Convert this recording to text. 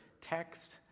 text